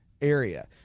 area